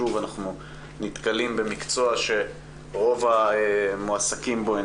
שוב אנחנו נתקלים במקצוע שרוב המועסקים בו הן